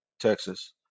Texas